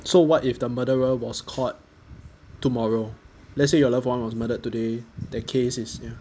so what if the murderer was caught tomorrow let's say your loved one was murdered today that case is ya